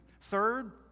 Third